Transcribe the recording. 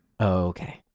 Okay